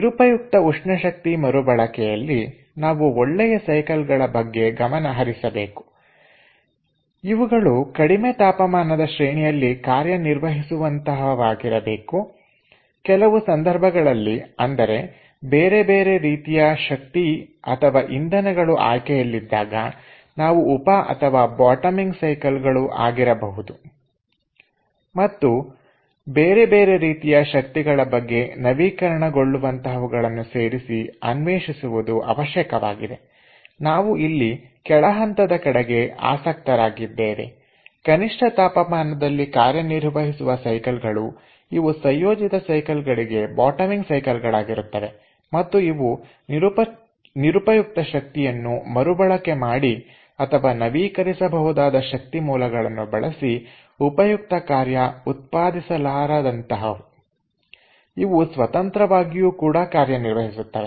ನಿರುಪಯುಕ್ತ ಉಷ್ಣಶಕ್ತಿ ಮರುಬಳಕೆ ಯಲ್ಲಿ ನಾವು ಒಳ್ಳೆಯ ಸೈಕಲ್ ಗಳ ಬಗ್ಗೆ ಗಮನ ಹರಿಸಬೇಕು ಇವುಗಳು ಕಡಿಮೆ ತಾಪಮಾನದ ಶ್ರೇಣಿಯಲ್ಲಿ ಕಾರ್ಯನಿರ್ವಹಿಸುವಂತಹವಾಗಿರಬೇಕು ಕೆಲವು ಸಂದರ್ಭಗಳಲ್ಲಿ ಅಂದರೆ ಬೇರೆ ಬೇರೆ ರೀತಿಯ ಶಕ್ತಿ ಇಂಧನಗಳು ಆಯ್ಕೆ ಯಲ್ಲಿದ್ದಾಗ ಇವು ಉಪ ಅಥವಾ ಬಾಟಮಿಂಗ್ ಸೈಕಲ್ ಗಳು ಆಗಿರಬಹುದು ಮತ್ತು ಬೇರೆ ಬೇರೆ ರೀತಿಯ ಶಕ್ತಿಗಳ ಬಗ್ಗೆ ನವೀಕರಣಗೊಳ್ಳುವಂತಹವುಗಳನ್ನು ಸೇರಿಸಿ ಅನ್ವೇಷಿಸುವುದು ಅವಶ್ಯಕವಾಗಿದೆ ನಾವು ಇಲ್ಲಿ ಕೆಳಹಂತದ ಕಡೆಗೆ ಆಸಕ್ತರಾಗಿದ್ದೇವೆ ಕನಿಷ್ಠ ತಾಪಮಾನದಲ್ಲಿ ಕಾರ್ಯನಿರ್ವಹಿಸುವ ಸೈಕಲ್ ಗಳು ಇವು ಸಂಯೋಜಿತ ಸೈಕಲ್ ಗಳಿಗೆ ಬಾಟಮಿಂಗ್ ಸೈಕಲ್ ಗಳಾಗಿರುತ್ತವೆ ಮತ್ತು ಇವು ನಿರುಪಯುಕ್ತ ಶಕ್ತಿಯನ್ನು ಮರುಬಳಕೆ ಮಾಡಿ ಅಥವಾ ನವೀಕರಿಸಬಹುದಾದ ಶಕ್ತಿ ಮೂಲಗಳನ್ನು ಬಳಸಿ ಉಪಯುಕ್ತ ಕಾರ್ಯ ಉತ್ಪಾದಿಸಲಾಗುವoತಹವು ಇವು ಸ್ವತಂತ್ರವಾಗಿಯೂ ಕೂಡ ಕಾರ್ಯನಿರ್ವಹಿಸುತ್ತವೆ